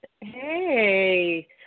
Hey